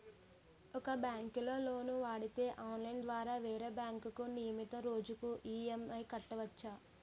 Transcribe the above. ఒక బ్యాంకులో లోను వాడితే ఆన్లైన్ ద్వారా వేరే బ్యాంకుకు నియమితు రోజున ఈ.ఎం.ఐ కట్టవచ్చు